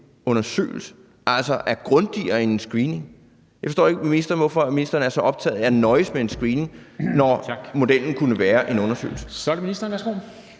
vvm-undersøgelse, som altså er grundigere end en screening. Jeg forstår ikke, hvorfor ministeren er så optaget af at nøjes med en screening, når modellen kunne være en undersøgelse.